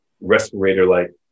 respirator-like